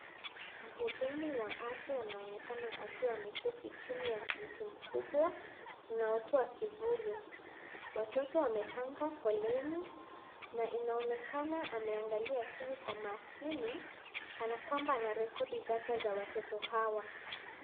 Mhudumu wa afya anaonekana akiwa ameketi chini ya mti mkubwa unaotoa kivuli. Watoto wamepanga foleni na inaonekana ameangalia chini kwa makini kana kwamba anarekodi data za watoto hawa.